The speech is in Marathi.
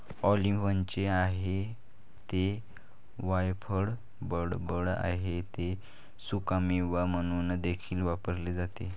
ऑलिव्हचे आहे ते वायफळ बडबड आहे ते सुकामेवा म्हणून देखील वापरले जाते